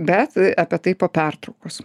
bet apie tai po pertraukos